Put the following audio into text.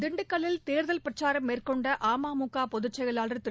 திண்டுக்கல்லில் தேர்தல் பிரச்சாரம் மேற்கொண்ட அம்முக பொதுச் செயலாளர் திரு